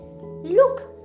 Look